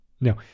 Now